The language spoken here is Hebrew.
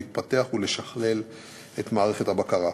להתפתח ולשכלל את מערכת הבקרה.